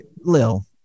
Lil